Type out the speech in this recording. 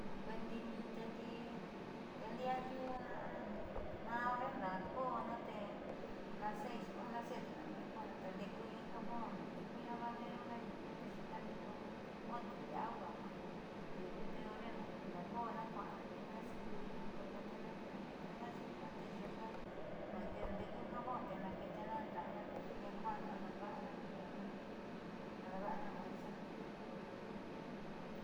Kuee ndii ndiute ndii diaa ndiuu na horre ndaako'ana te las 6 o las 7 naandaako'ona te nde'eku in jabón nde'eku lavaderuna nyuuka tee nyuunka ndeéku in bote de agua ja nde'eku te horre naandaako'ana kua'ana te tniina cepilluna colgatena te nakeetena yu'una te nyuuka nde'eku jabón te naake'etena nda'ana te jiaa kua'ana daava'ana almuerzona tiuku.